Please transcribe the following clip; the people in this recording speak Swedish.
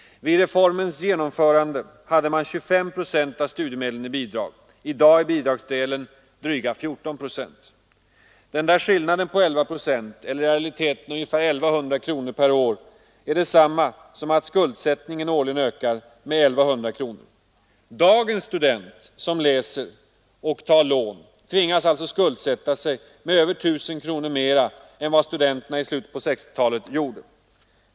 Vid reformens genomförande hade man 25 procent av studiemedlen i bidrag. I dag är bidragsdelen dryga 14 procent. Den där skillnaden på 11 procent — eller i realiteten ungefär 1100 kronor per år — är detsamma som att skuldsättningen årligen ökar med 1100 kronor. Den student som i dag läser på lån tvingas alltså skuldsätta sig med över 1 000 kronor mera än vad studenterna i slutet av 1960-talet gjorde.